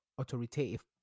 authoritative